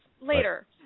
later